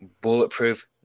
bulletproof